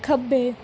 ਖੱਬੇ